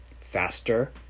faster